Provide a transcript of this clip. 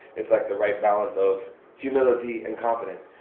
it's like the right balance of humility and confidence.